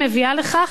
מביאים לכך